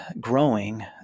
growing